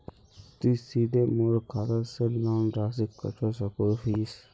तुई सीधे मोर खाता से लोन राशि कटवा सकोहो हिस?